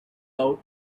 out